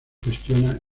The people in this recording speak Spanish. gestiona